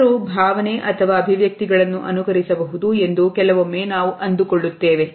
ಜನರು ಭಾವನೆ ಅಥವಾ ಅಭಿವ್ಯಕ್ತಿಗಳನ್ನು ಅನುಕರಿಸಬಹುದು ಎಂದು ಕೆಲವೊಮ್ಮೆ ನಾವು ಅಂದುಕೊಳ್ಳುತ್ತೇವೆ